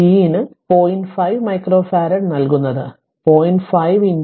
5 microfarad നൽകുന്നത് 0